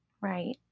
Right